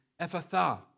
Ephatha